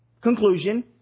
conclusion